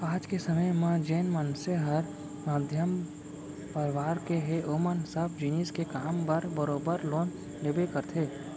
आज के समे म जेन मनसे हर मध्यम परवार के हे ओमन सब जिनिस के काम बर बरोबर लोन लेबे करथे